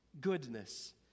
goodness